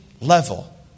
level